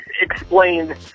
explain